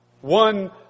one